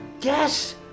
Yes